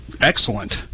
excellent